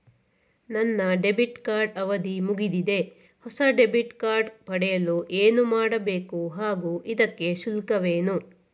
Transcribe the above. ನನ್ನ debit card ಅವಧಿ ಮುಗಿದಿದೆ ಹೊಸ ಡೆಬಿಟ್ ಕಾರ್ಡ್ ಪಡೆಯಲು ಏನು ಮಾಡಬೇಕು ಹಾಗೂ ಇದಕ್ಕೆ ಶುಲ್ಕವೇನು?